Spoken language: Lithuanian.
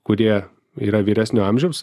kurie yra vyresnio amžiaus